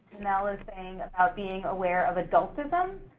janelle is saying about being aware of adultism,